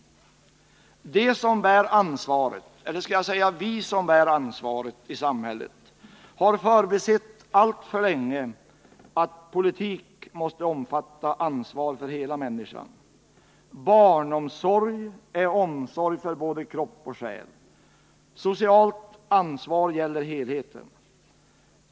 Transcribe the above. Vi som bär ansvaret i det här samhället har alltför länge förbisett att politik måste omfatta ansvaret för hela människan. Barnomsorg är omsorg om både kropp och själ. Socialt ansvar gäller helheten.